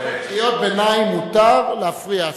קריאות ביניים מותר, להפריע אסור.